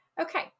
Okay